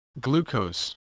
glucose